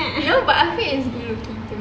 no but amir is good looking too